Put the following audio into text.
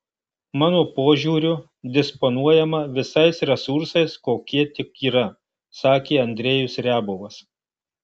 mano požiūriu disponuojama visais resursais kokie tik yra sakė andrejus riabovas